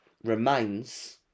Remains